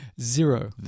Zero